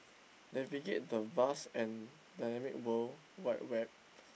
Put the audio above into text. navigate the vast and dynamic world wide web